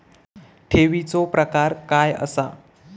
ठेवीचो प्रकार काय असा?